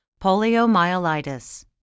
poliomyelitis